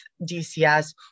DCS